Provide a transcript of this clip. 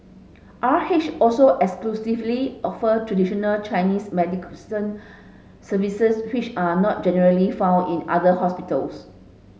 R Hesh also exclusively offer traditional Chinese services which are not generally found in other hospitals